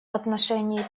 отношении